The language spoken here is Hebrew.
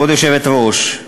כבוד היושבת-ראש,